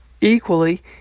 equally